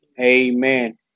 Amen